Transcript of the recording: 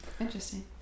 Interesting